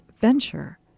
venture